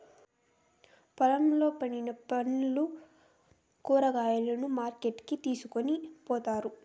పొలంలో పండిన పండ్లు, కూరగాయలను మార్కెట్ కి తీసుకొని పోతారు